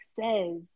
says